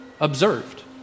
observed